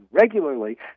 regularly